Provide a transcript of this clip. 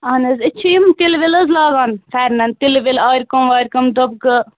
اَہَن حظ أسۍ چھِ یِم تِلہٕ وِلہٕ حظ لاگان فٮ۪رنَن تِلہٕ وِلہٕ آرِ کٲم وارِ کٲم دوٚبکہٕ